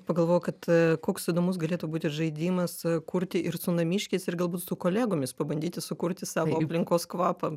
pagalvojau kad koks įdomus galėtų būti žaidimas kurti ir su namiškiais ir galbūt su kolegomis pabandyti sukurti savo aplinkos kvapą